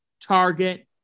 target